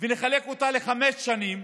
ונחלק אותה לחמש שנים,